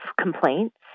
complaints